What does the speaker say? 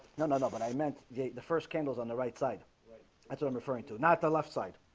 no no no but i meant the the first candles on the right side that's what i'm referring to not the left side